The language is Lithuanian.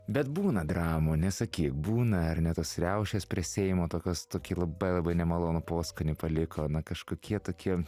bet būna dramų nesakyk būna ar ne tos riaušės prie seimo tokios tokie labai labai nemalonu poskonį paliko na kažkokie tokie